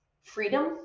freedom